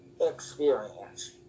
experience